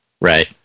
right